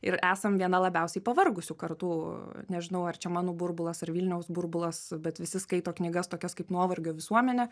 ir esam viena labiausiai pavargusių kartų nežinau ar čia mano burbulas ar vilniaus burbulas bet visi skaito knygas tokias kaip nuovargio visuomenė